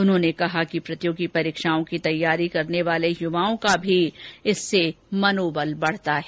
उन्होंने कहा कि प्रतियोगी परीक्षाओं की तैयारी करने वाले युवाओं का भी इससे मनोबल बढता है